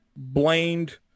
Blamed